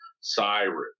siren